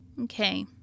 Okay